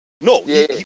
no